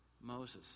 Moses